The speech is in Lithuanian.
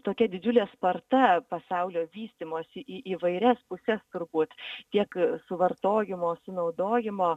tokia didžiulė sparta pasaulio vystymosi į įvairias puses turbūt tiek suvartojimo sunaudojimo